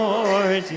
Lord